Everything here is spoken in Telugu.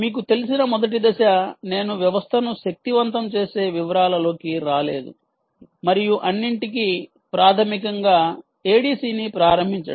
మీకు తెలిసిన మొదటి దశ నేను వ్యవస్థను శక్తివంతం చేసే వివరాలలోకి రాలేదు మరియు అన్నింటికీ ప్రాథమికంగా ADC ని ప్రారంభించడం